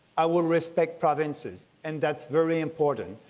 i will respect provinces, and that's very important.